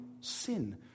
sin